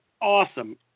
awesome